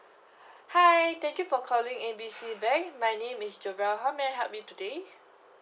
hi thank you for calling A B C bank my name is jobelle how may I help you today